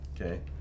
Okay